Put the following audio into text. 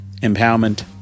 empowerment